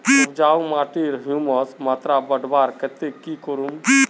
उपजाऊ माटिर ह्यूमस मात्रा बढ़वार केते की करूम?